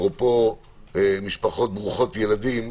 אפרופו משפחות ברוכות ילדים,